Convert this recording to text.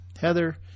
Heather